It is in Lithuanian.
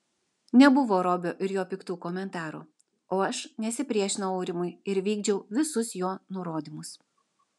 nebuvo robio ir jo piktų komentarų o aš nesipriešinau aurimui ir vykdžiau visus jo nurodymus